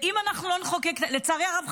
לצערי הרב,